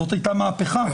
זאת הייתה מהפכה.